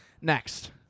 Next